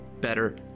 better